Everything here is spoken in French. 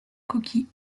coquille